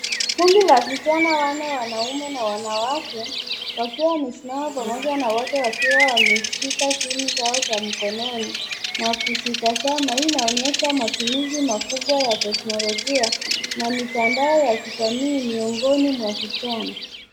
Kundi la vijana wanne wanaume na wanawake wakiwa wamesimama pamoja na wote wakiwa wameshika simu zao za mkononi na kuzitazama, hii inaonyesha matumizi makubwa ya teknolojia na mitandao ya kijamii miongoni mwa vijana.